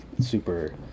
super